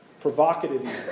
provocative